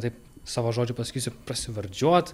taip savo žodžiu pasakysiu prasivardžiuot